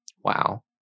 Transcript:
Wow